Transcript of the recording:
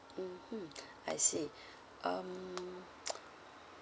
mmhmm I see um